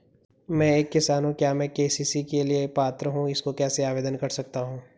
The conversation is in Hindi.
मैं एक किसान हूँ क्या मैं के.सी.सी के लिए पात्र हूँ इसको कैसे आवेदन कर सकता हूँ?